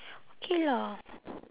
K lah